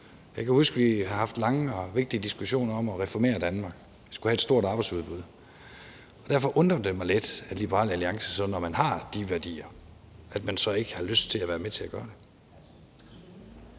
Jeg kan huske, at vi har haft lange og vigtige diskussioner om at reformere Danmark. Vi skulle have et stort arbejdsudbud. Og derfor undrer det mig lidt, at Liberal Alliance, når man har de værdier, så ikke har lyst til at være med til at gøre noget.